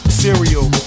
cereal